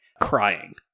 crying